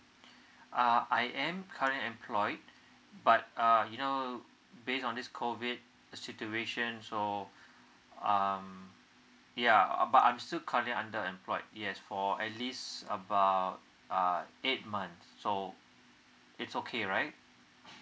uh I am currently employed but uh you know based on this COVID situation so um yeah but I'm still currently under employed yes for at least about uh eight month so it's okay right